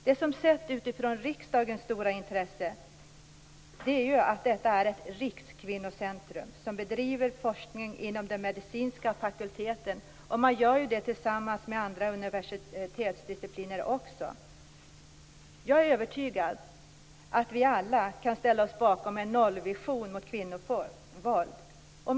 Sett ur riksdagens perspektiv är det stora intresset att detta är ett rikskvinnocentrum, som bedriver forskning inom den medicinska fakulteten och tillsammans med andra universitetsdiscipliner. Jag är övertygad om att vi alla kan ställa oss bakom en nollvision för kvinnovåld.